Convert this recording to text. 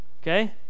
Okay